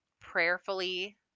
prayerfully